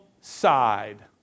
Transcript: side